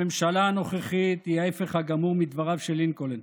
הממשלה הנוכחית היא ההפך הגמור מדבריו של לינקולן: